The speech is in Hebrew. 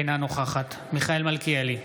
אינה נוכחת מיכאל מלכיאלי,